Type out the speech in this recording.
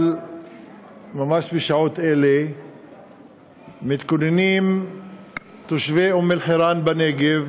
אבל ממש בשעות אלה מתכוננים תושבי אום-אלחיראן בנגב